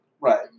Right